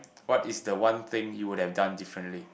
what is the one thing you would have done differently